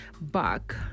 back